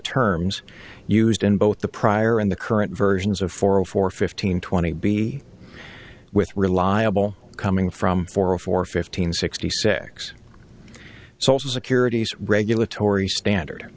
terms used in both the prior and the current versions of four or four fifteen twenty b with reliable coming from four or four fifteen sixty six social security's regulatory standard